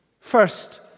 First